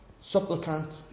supplicant